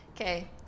Okay